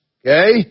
Okay